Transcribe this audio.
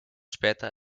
später